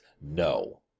No